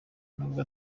nubwo